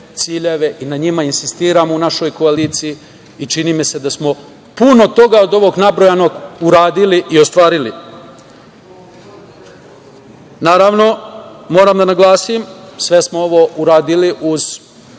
ciljeve i na njima insistiramo u našoj koaliciji i čini mi se da smo puno toga od ovog nabrojanog uradili i ostvarili. Naravno, moramo da naglasim, sve smo ovo uradili uz